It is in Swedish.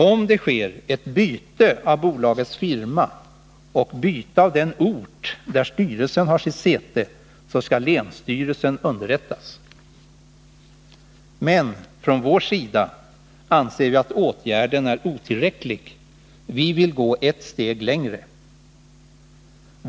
Om det sker ett byte av bolagets firma och byte av den ort där styrelsen har sitt säte, så skall länsstyrelsen underrättas. Men från vår sida anser vi att åtgärden är otillräcklig. Vi vill gå ett steg längre.